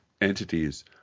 entities